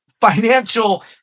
financial